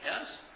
yes